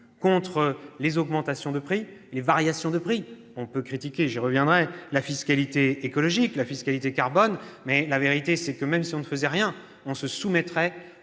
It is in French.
contre les augmentations et les variations de prix. On peut critiquer, et j'y reviendrai, la fiscalité écologique, la fiscalité carbone, mais force est de constater que même si on ne faisait rien, on subirait